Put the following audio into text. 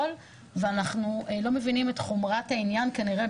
ואנחנו לא מבינים את חומרת העניין כנראה,